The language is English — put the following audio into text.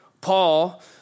Paul